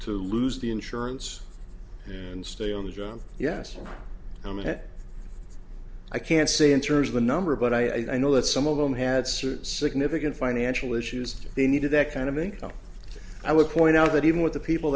to lose the insurance and stay on the job yes i mean that i can't say in terms of the number but i know that some of them had certain significant financial issues the need to that kind of thing i would point out that even with the people